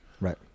Right